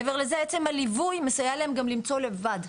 מעבר לזה, עצם הליווי מסייע להם גם למצוא לבד.